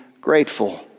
grateful